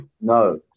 No